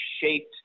shaped